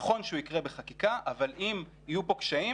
נכון שהוא יקרה בחקיקה אבל אם יהיו פה קשיים,